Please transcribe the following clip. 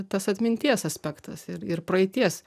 tas atminties aspektas ir ir praeities